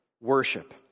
Worship